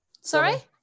sorry